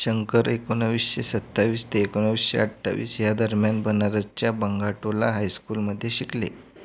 शंकर एकोणविसशे सत्तावीस ते एकोणविसशे अठ्ठावीस यादरम्यान बनारसच्या बंगाटोला हायस्कुलमध्ये शिकले